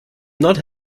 not